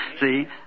see